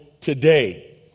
today